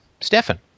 Stefan